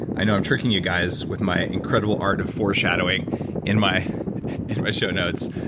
i know, i'm tricking you guys with my incredible art of foreshadowing in my in my show notes,